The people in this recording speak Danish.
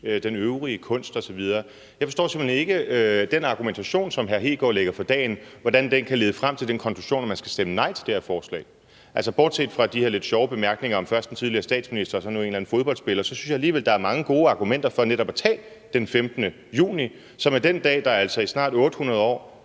den øvrige kunst? osv. Jeg forstår simpelt hen ikke, hvordan den argumentation, som hr. Kristian Hegaard lægger for dagen, kan lede frem til den konklusion, at man skal stemme nej til det her forslag. Altså, bortset fra de her lidt sjove bemærkninger om først den tidligere statsminister og så nu en eller anden fodboldspiller synes jeg alligevel, at der er mange gode argumenter for netop at tage den 15. juni, som er den dag, der faktisk i 800 år